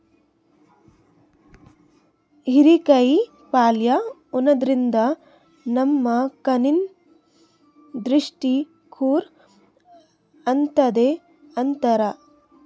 ಹಿರೇಕಾಯಿ ಪಲ್ಯ ಉಣಾದ್ರಿನ್ದ ನಮ್ ಕಣ್ಣಿನ್ ದೃಷ್ಟಿ ಖುರ್ ಆತದ್ ಅಂತಾರ್